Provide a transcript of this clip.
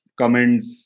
comments